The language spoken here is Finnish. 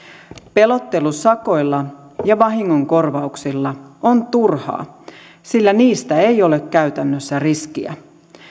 pelottelu sakoilla ja vahingonkorvauksilla on turhaa sillä niistä ei ole käytännössä riskiä